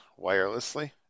wirelessly